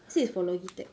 say it's for Logitech